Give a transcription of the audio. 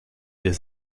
des